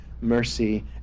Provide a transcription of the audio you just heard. mercy